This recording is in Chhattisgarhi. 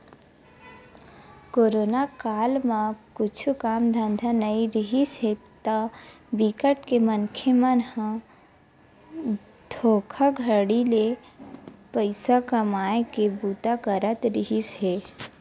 कोरोना काल म कुछु काम धंधा नइ रिहिस हे ता बिकट के मनखे मन ह धोखाघड़ी ले पइसा कमाए के बूता करत रिहिस हे